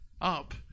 Up